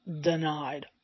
denied